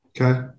Okay